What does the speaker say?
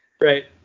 right